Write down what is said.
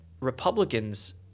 Republicans